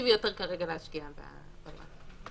שאפקטיבי יותר להשקיע בהתחלה.